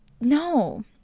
No